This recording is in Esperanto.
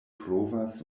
provas